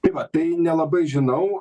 tai va tai nelabai žinau